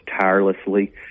tirelessly